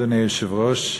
אדוני היושב-ראש,